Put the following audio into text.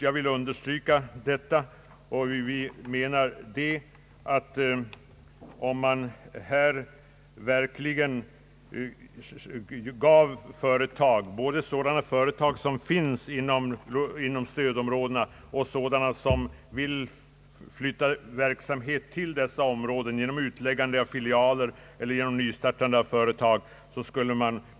Jag vill understryka vad finansministern här anfört.